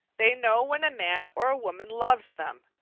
they know when a man or a woman loves them,